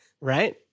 Right